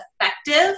effective